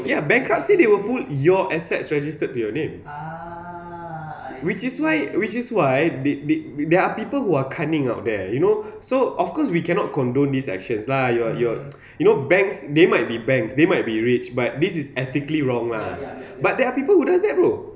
ya bankruptcy they will pull your assets registered to your name which is why which is why they they there are people who are cunning out there you know so of course we cannot condone these actions lah your your you know banks they might be banks they might be rich but this is ethically wrong lah but there are people who does that bro